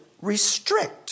restrict